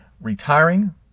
retiring